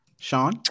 Sean